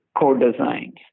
co-designs